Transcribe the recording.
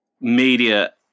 media